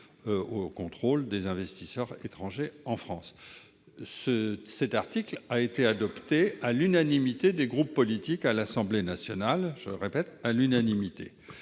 au contrôle des investisseurs étrangers en France. Cet article a été adopté à l'unanimité des groupes politiques à l'Assemblée nationale- je me permets d'insister